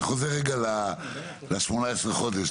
אני חוזר רגע ל-18 החודשים,